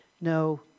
No